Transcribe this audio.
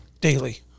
daily